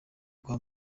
kwa